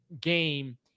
game